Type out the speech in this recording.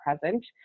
present